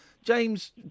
James